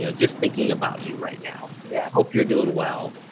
you know just thinking about you right now. yeah hope you're doing well.